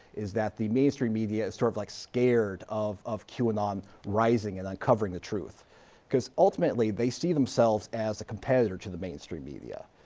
is that the mainstream media is sort like scared of of qanon rising and uncovering the truth because ultimately they see themselves as a competitor to the mainstream media.